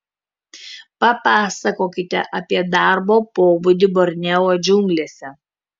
papasakokite apie darbo pobūdį borneo džiunglėse